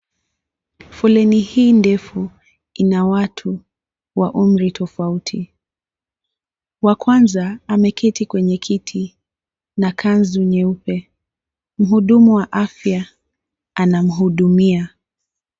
Foleni hii ndefu, ina watu wa umri tofauti. Wa kwanza, ameketi kwenye kiti na kanzu nyeupe. Mhudumu wa afya, anamhudumia.